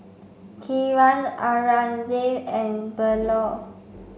Kiran Aurangzeb and Bellur